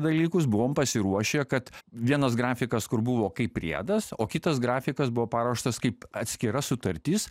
dalykus buvom pasiruošę kad vienas grafikas kur buvo kaip priedas o kitas grafikas buvo paruoštas kaip atskira sutartis